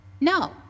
No